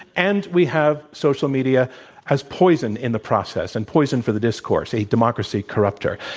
and we have social media as poison in the process and poison for the discourse, a democracy corruptor.